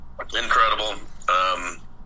incredible